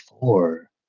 four